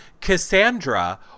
Cassandra